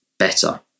better